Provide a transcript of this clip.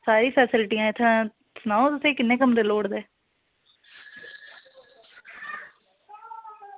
सारी फैस्लिटियां इत्थें ऐ सनाओ तुसेंगी किन्ने कमरे लोड़दे